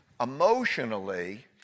Emotionally